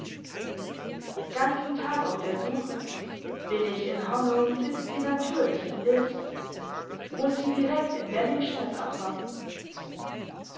ganzen tag auf der suche bin ich in hörnum sitzt sie natürlich in list muss sie direkt in wenningstedt abwarten